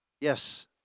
Yes